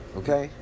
okay